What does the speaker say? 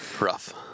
Rough